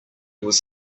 was